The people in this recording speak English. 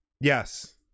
Yes